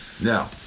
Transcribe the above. Now